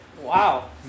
Wow